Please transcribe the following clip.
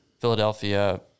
Philadelphia